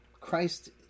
Christ